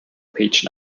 page